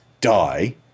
die